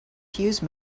fuse